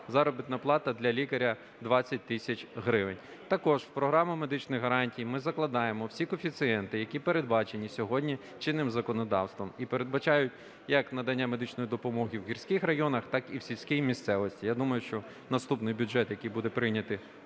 заробітна плата для лікаря – 20 тисяч гривень. Також в програму медичних гарантій ми закладаємо всі коефіцієнти, які передбачені сьогодні чинним законодавством, і передбачають як надання медичної допомоги в гірських районах, так і в сільській місцевості. Я думаю, що наступний бюджет, який буде прийнятий